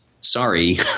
sorry